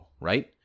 right